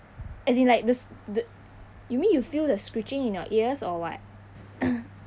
as in like the the you mean you feel the screeching in your ears or what